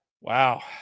Wow